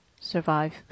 survive